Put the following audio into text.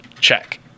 Check